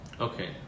Okay